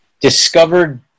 discovered